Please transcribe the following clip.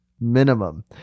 minimum